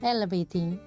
Elevating